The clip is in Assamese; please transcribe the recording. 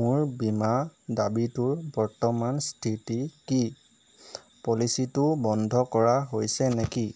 মোৰ বীমা দাবীটোৰ বৰ্তমান স্থিতি কি পলিচীটো বন্ধ কৰা হৈছে নেকি